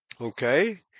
Okay